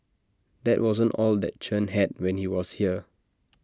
that wasn't all that Chen had when he was here